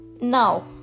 Now